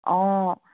অ